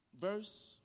verse